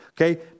Okay